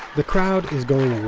the crowd is going